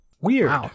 Weird